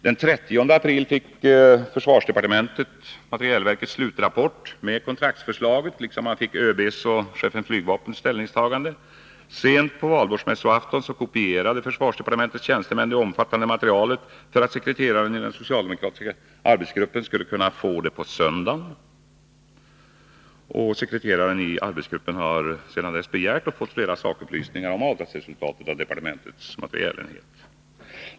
Den 30 april fick försvarsdepartementet materielverkets slutrapport med kontraktsförslag, liksom man fick ÖB:s och chefens för flygvapnet ställningstagande. Sent på Valborgsmässoaftonen kopierade försvarsdepartementets tjänstemän det omfattande materialet för att sekreteraren i den socialdemokratiska arbetsgruppen skulle kunna få det på söndagen. Sekreteraren i arbetsgruppen har sedan dess begärt och fått flera sakupplysningar om avtalsresultatet av departementets materielenhet.